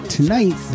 tonight